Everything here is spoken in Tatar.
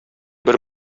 бер